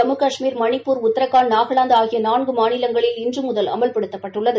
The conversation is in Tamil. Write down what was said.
ஜம்மு கஷ்மீர் மணிப்பூர் உத்ரகாண்ட் நாகலாந்து ஆகிய நான்கு மாநிலங்களில் இன்று முதல் அமல்படுத்தப்பட்டுள்ளது